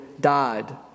died